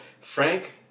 Frank